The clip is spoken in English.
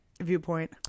viewpoint